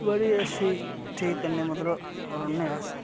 बड़ी अच्छी तरीके कन्नै मतलब रौह्ने अस